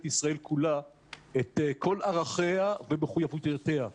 ישראל כולה את כל ערכיה ומחויבותה.